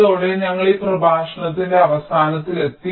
ഇതോടെ ഞങ്ങൾ ഈ പ്രഭാഷണത്തിന്റെ അവസാനത്തിലെത്തി